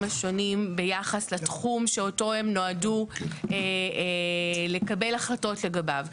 השונים ביחס לתחום שאותו הם נועדו לקבל החלטות לגביו.